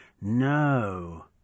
no